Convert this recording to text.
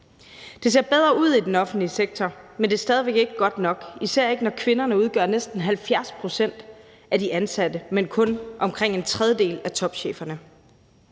Det ser bedre ud i den offentlige sektor, men det er stadig væk ikke godt nok, især ikke når kvinderne udgør næsten 70 pct. af de ansatte, men kun omkring en tredjedel af topcheferne.